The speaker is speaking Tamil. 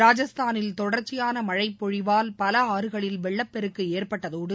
ராஜஸ்தானில் தொடர்ச்சியான மழைபொழிவால் பல ஆறுகளில் வெள்ளப்பெருக்கு ஏற்பட்டதோடு